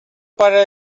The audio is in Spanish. para